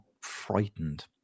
frightened